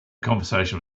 conversation